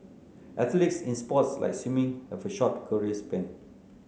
athletes in sports like swimming have a short career span